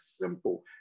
simple